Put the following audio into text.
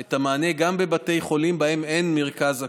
את המענה גם בבתי חולים שבהם אין מרכז אקוטי.